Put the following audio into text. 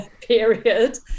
period